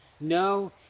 No